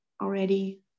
already